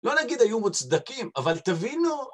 לא נגיד היו מוצדקים, אבל תבינו...